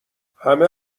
همه